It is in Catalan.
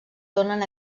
donen